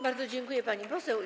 Bardzo dziękuję, pani poseł.